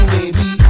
Baby